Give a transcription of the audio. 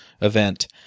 event